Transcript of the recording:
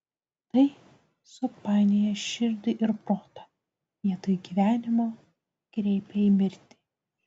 tai supainioja širdį ir protą vietoj gyvenimo kreipia į mirtį